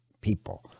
people